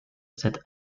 cette